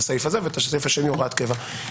ואת הסעיף השני הוראת קבע.